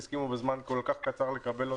שהסכימה בזמן כל כך קצר לקבל אותנו,